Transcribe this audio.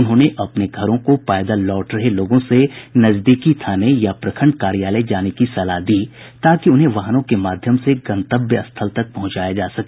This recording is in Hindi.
उन्होंने अपने घरों को पैदल लौट रहे लोगों से नजदीकी थाने या प्रखंड कार्यालय जाने की सलाह दी ताकि उन्हें वाहनों के माध्यम से गंतव्य स्थल तक पहुंचाया जा सके